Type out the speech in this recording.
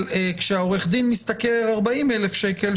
כשעורך הדין משתכר ב-40,000 שקלים,